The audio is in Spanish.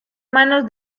manos